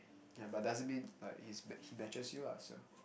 ya but doesn't mean like he's he matches you lah so